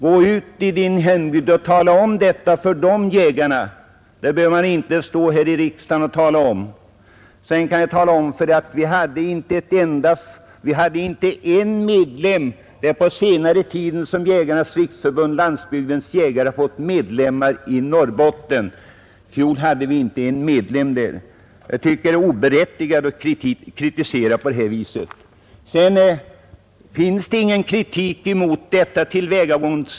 Framför kritiken till de jägarna i stället! De frågorna behöver vi inte diskutera här i riksdagen. Vidare kan jag tala om för herr Johansson i Holmgården, att det är först på senare tid som Jägarnas riksförbund—Landsbygdens jägare har fått medlemmar i Norrbotten; i fjol, om jag minns rätt, hade vi inte en medlem där. Jag tycker att herr Johanssons anmärkning var oberättigad. Herr Johansson sade att det inte har riktats någon kritik mot de nuvarande förhållandena.